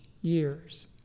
years